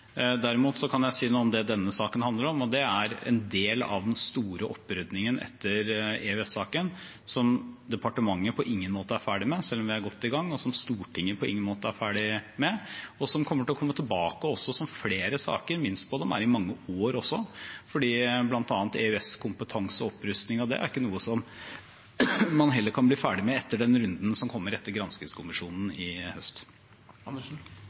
er en del av den store oppryddingen etter EØS-saken, som departementet på ingen måte er ferdig med – selv om vi er godt i gang – og som Stortinget på ingen måte er ferdig med, og som kommer til å komme tilbake også som flere saker. Min spådom er at det vil ta mange år, bl.a. fordi EØS-kompetanse og opprustning av det ikke er noe man kan bli ferdig med etter den runden som kommer etter granskingskommisjonen i høst.